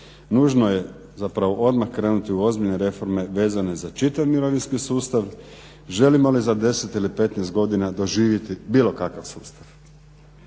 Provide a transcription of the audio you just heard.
nužno je zapravo odmah krenuti u ozbiljne reforme vezane za čitav mirovinski sustav želimo li za 10 ili 15 godina doživjeti bilo kakav sustav.